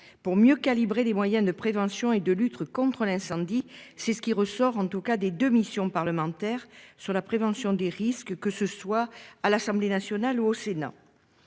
pour mieux calibrer les moyens de prévention et de lutte contre l'incendie. C'est ce qui ressort en tout cas des de mission parlementaire sur la prévention des risques, que ce soit à l'Assemblée nationale ou au Sénat.